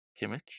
Kimmich